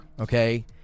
okay